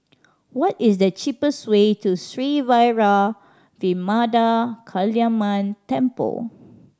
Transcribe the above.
what is the cheapest way to Sri Vairavimada Kaliamman Temple